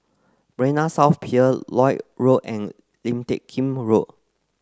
Marina South Pier Lloyd Road and Lim Teck Kim Road